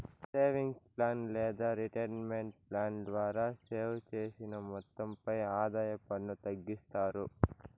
savings plan లేదా retirement plan ద్వారా save చేసిన మొత్తంపై ఆదాయ పన్ను తగ్గిస్తారు